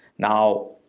now,